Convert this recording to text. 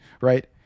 right